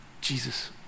Jesus